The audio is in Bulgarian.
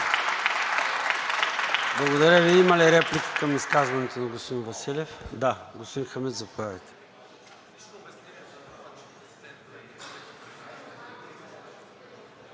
Благодаря Ви. Има ли реплики към изказването на господин Василев? Господин Хамид, заповядайте.